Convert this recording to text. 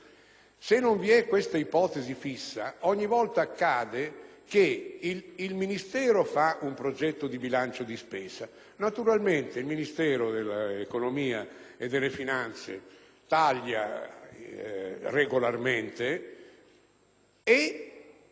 Se non vi è questa ipotesi fissa, ogni volta accade che il Ministero fa un progetto di bilancio di spesa, naturalmente il Ministero dell'economia e delle finanze taglia regolarmente e